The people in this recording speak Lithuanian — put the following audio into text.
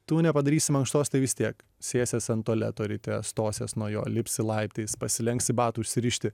tu nepadarysi mankštos tai vis tiek sėsies ant tualeto ryte stosies nuo jo lipsi laiptais pasilenksi batų užsirišti